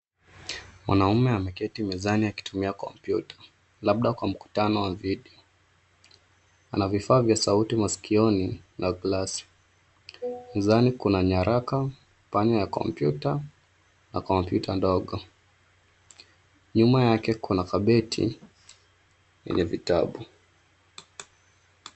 Mwanaume ameketi mezani akitumia kompyuta labda kwa mkutano wa video. Ana vifaa vya sauti masikioni na Glass . Mezani kuna nyaraka, kipanya ya kompyuta na kompyuta ndogo. Nyuma yake kuna kabati yenye vitabu.